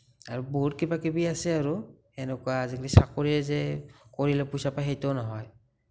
আৰু বহুত কিবা কিবি আছে আৰু এনেকুৱা আজিকালি চাকৰিয়ে যে কৰিলেই পইচা পায় সেইটো নহয়